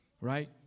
right